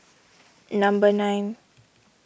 number nine